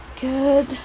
Good